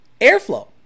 airflow